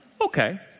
okay